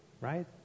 right